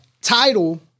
title